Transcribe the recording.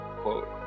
quote